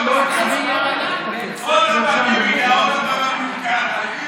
עוד פעם אביר קארה, אי-אפשר ככה.